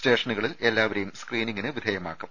സ്റ്റേഷനുകളിൽ എല്ലാവരേയും സ്ക്രീനിങ്ങിന് വിധേയമാക്കും